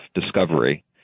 discovery